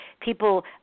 people